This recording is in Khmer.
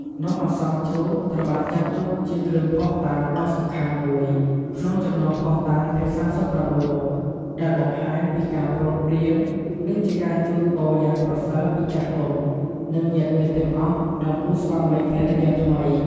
នំអន្សមជ្រូកត្រូវបានចាត់ទុកជា គ្រឿងភ័ស្តុតាងដ៏សំខាន់មួយ ក្នុងចំណោមភ័ស្តុតាងទាំង ៣៦ មុខ ដែលបង្ហាញពីការព្រមព្រៀង និងជាការជូនពរយ៉ាងប្រសើរពីចាស់ទុំ និងញាតិមិត្តទាំងអស់ដល់គូស្វាមីភរិយាថ្មី។